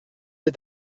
est